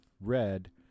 Red